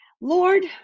Lord